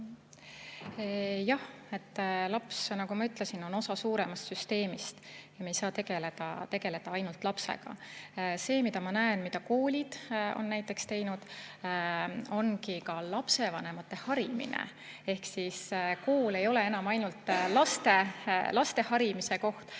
Jah, laps, nagu ma ütlesin, on osa suuremast süsteemist ja me ei saa tegeleda ainult lapsega. See, mida ma näen, mida koolid on näiteks teinud, ongi ka lapsevanemate harimine. Ehk siis kool ei ole enam ainult laste harimise koht,